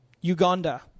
Uganda